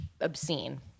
obscene